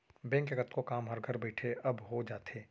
bank के कतको काम हर घर बइठे अब हो जाथे